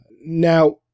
Now